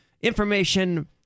information